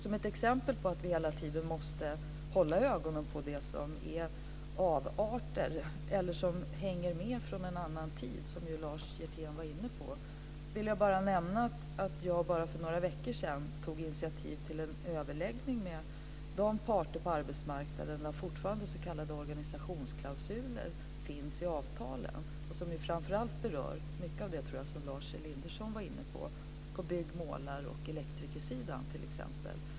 Som ett exempel på att vi hela tiden måste hålla ögonen på sådant som hänger med från en annan tid, vilket Lars Hjertén var inne på, vill jag nämna att jag för bara några veckor sedan tog initiativ till en överläggning med de parter på arbetsmarknaden som fortfarande har s.k. organisationsklausuler i sina avtal. Detta berör framför allt mycket av det som Lars Elinderson var inne på, t.ex. på bygg-, målar och elektrikersidan.